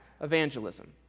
evangelism